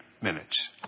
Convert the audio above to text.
minutes